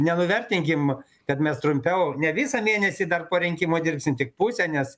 nenuvertinkim kad mes trumpiau ne visą mėnesį dar po parinkimų dirbsi tik pusę nes